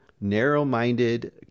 narrow-minded